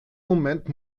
moment